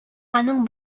аның